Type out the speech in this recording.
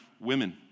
women